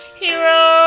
hero